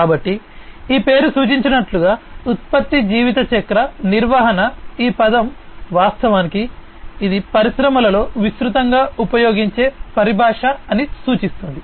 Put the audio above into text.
కాబట్టి ఈ పేరు సూచించినట్లుగా ఉత్పత్తి జీవితచక్ర నిర్వహణ ఈ పదం వాస్తవానికి ఇది పరిశ్రమలో విస్తృతంగా ఉపయోగించే పరిభాష అని సూచిస్తుంది